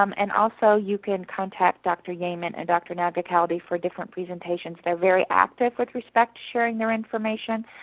um and also, you can contact dr. yeaman and dr. nagykaldi for different presentations. they're very active with respect to sharing their information,